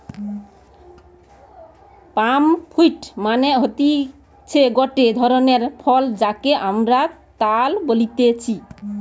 পাম fruit মানে হতিছে গটে ধরণের ফল যাকে আমরা তাল বলতেছি